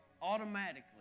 automatically